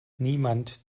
niemand